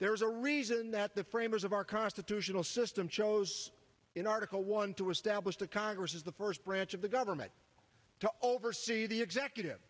there's a reason that the framers of our constitutional system chose in article one to establish that congress is the first branch of the government to oversee the executive